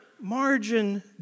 margin